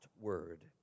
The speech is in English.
word